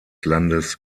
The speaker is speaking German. landes